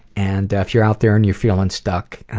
and if you're out there, and you're feeling stuck,